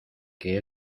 que